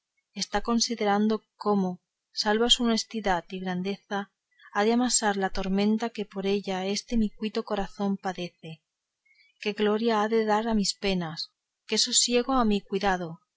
está considerando cómo salva su honestidad y grandeza ha de amansar la tormenta que por ella este mi cuitado corazón padece qué gloria ha de dar a mis penas qué sosiego a mi cuidado